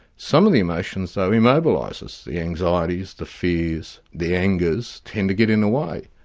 some of the emotions, though, immobilise us. the anxieties, the fears, the angers tend to get in the way